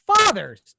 fathers